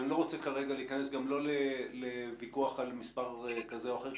אני לא רוצה כרגע להיכנס גם לא לוויכוח על מספר כזה או אחר.